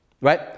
right